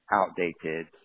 outdated